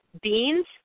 beans